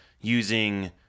using